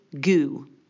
goo